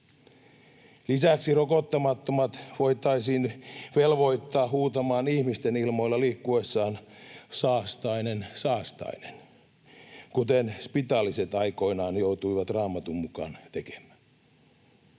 Lisäksi rokottamattomat voitaisiin velvoittaa huutamaan ihmisten ilmoilla liikkuessaan ”Saastainen, saastainen”, kuten spitaaliset aikoinaan joutuivat Raamatun mukaan tekemään.